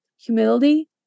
Humility